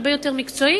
הרבה יותר מקצועי,